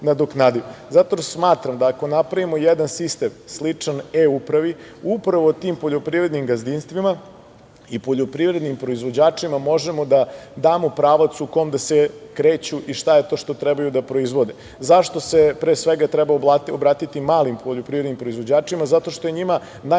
smatram da ako napravimo jedan sistem sličan e-upravi upravo tim poljoprivrednim gazdinstvima i poljoprivrednim proizvođačima možemo da damo pravac u kome da se kreću i šta je to što trebaju da proizvode. Zašto se pre svega treba obratiti malim poljoprivrednim proizvođačima? Zato što je njima najlakše